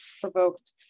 provoked